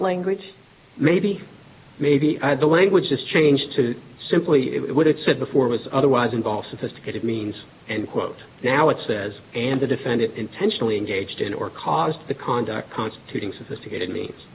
language maybe maybe the language has changed to simply it what it said before was otherwise involved sophisticated means and quote now it says and the defendant intentionally engaged in or caused the conduct constituting sophisticated means